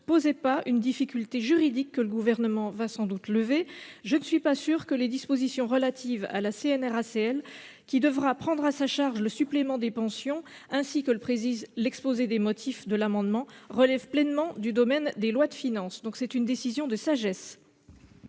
posait pas une difficulté juridique- mais sans doute le Gouvernement va-t-il la lever. En effet, je ne suis pas certaine que les dispositions relatives à la CNRACL, qui devra prendre à sa charge le supplément des pensions, ainsi que le précise l'exposé des motifs de l'amendement, relèvent pleinement du domaine des lois de finances. J'émets donc un avis de sagesse